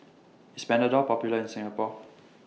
IS Panadol Popular in Singapore